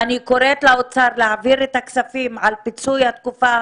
אני קוראת לאוצר להעביר את הכספים על פיצוי התקופה,